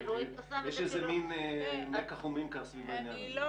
יש איזה מין מקח וממכר סביב העניין הזה.